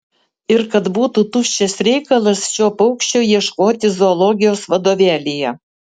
ir kad būtų tuščias reikalas šio paukščio ieškoti zoologijos vadovėlyje